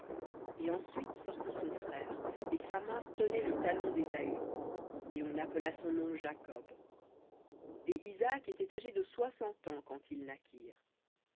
et ensuite sortit son frère et sa main tenait le talon d'ésaü et on appela son nom jacob et isaac était âgé de soixante ans quand ils